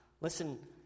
Listen